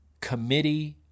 committee